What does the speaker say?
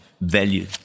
value